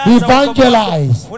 evangelize